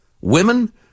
Women